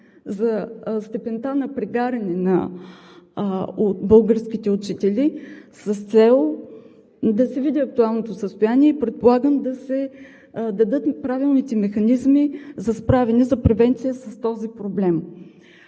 за степента на прегаряне от българските учители с цел да се види актуалното състояние и, предполагам, за да се дадат отправните механизми за справяне, за превенция с този проблем.